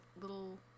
little